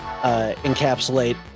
encapsulate